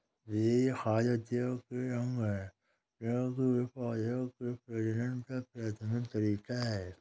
बीज खाद्य उद्योग के अंग है, क्योंकि वे पौधों के प्रजनन का प्राथमिक तरीका है